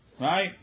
right